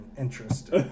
Interest